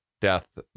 death